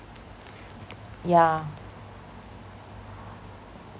yeah